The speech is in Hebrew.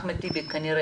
אחמד טיבי כנראה